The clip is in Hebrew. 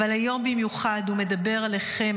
אבל היום במיוחד הוא מדבר עליכם,